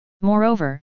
Moreover